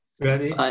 Ready